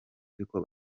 ariko